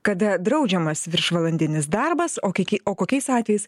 kada draudžiamas viršvalandinis darbas o kiekį o kokiais atvejais